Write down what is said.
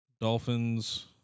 Dolphins